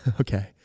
Okay